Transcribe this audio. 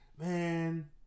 man